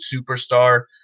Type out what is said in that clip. superstar